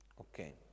Okay